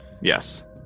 Yes